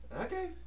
okay